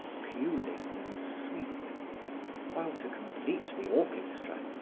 puling and sweet while, to complete the orchestra,